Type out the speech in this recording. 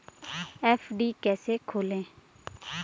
FD कैसे खोलें?